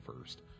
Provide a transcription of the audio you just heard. first